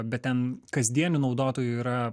bet ten kasdienių naudotojų yra